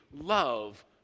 love